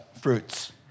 fruits